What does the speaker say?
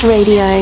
Radio